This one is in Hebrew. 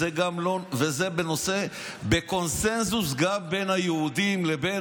זה נושא בקונסנזוס גם בין היהודים וגם בין